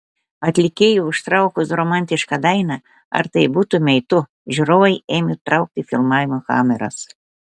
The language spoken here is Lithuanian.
atlikėjui užtraukus romantišką dainą ar tai būtumei tu žiūrovai ėmė traukti filmavimo kameras